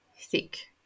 thick